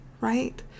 right